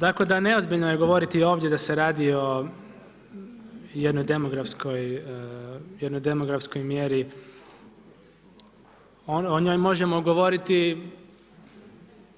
Tako da ne ozbiljno je govoriti ovdje da se radi o jednoj demografskoj, jednoj demografskoj mjeri, o njoj možemo govoriti